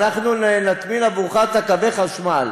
אנחנו נטמין עבורך את קווי החשמל.